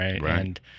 right